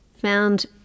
found